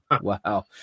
wow